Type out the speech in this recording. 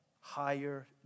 higher